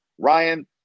Ryan